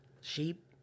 sheep